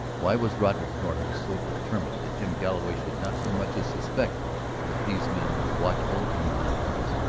why was roderick norton so determined that jim galloway should not so much as suspect that these men were watchful in the mountains?